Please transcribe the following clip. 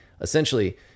essentially